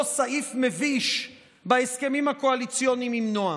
סעיף מביש בהסכמים הקואליציוניים עם נעם,